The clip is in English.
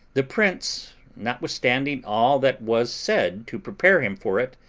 the prince, notwithstanding all that was said to prepare him for it,